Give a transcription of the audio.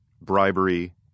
bribery